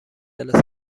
جلسه